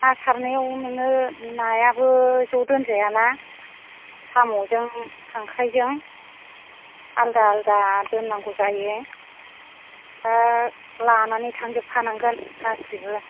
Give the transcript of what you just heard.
ना सारनायाव नोङो नायाबो ज' दोनजायाना साम'जों खांख्रायजों आलदा आलदा दोन्नांगौ जायो दा लानानै थांजोबखानांगोन गासिबो